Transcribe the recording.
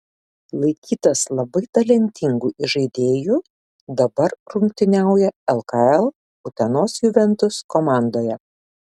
laikytas labai talentingu įžaidėju dabar rungtyniauja lkl utenos juventus komandoje